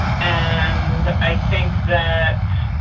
um and i think that.